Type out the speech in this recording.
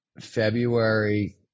February